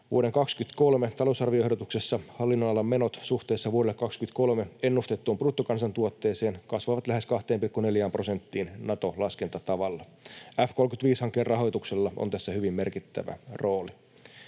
Vuoden 23 talousarvioehdotuksessa hallinnonalan menot suhteessa vuodelle 23 ennustettuun bruttokansantuotteeseen kasvavat lähes 2,4 prosenttiin Nato-laskentatavalla. F-35-hankkeen rahoituksella on tässä hyvin merkittävä rooli.